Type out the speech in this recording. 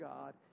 God